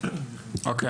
אוקיי,